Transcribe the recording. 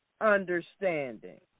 understanding